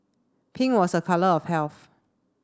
pink was a colour of health